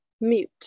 mute